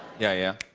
yeah, yeah.